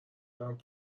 دارم